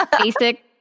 basic